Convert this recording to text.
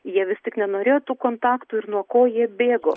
jie vis tik nenorėtų kontaktų ir nuo ko jie bėgo